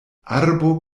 arbo